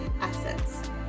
essence